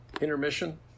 intermission